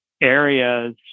areas